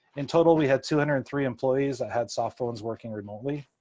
in total, we had two hundred and three employees that had soft phones working remotely.